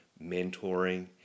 mentoring